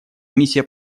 миссия